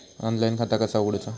Online खाता कसा उगडूचा?